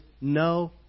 no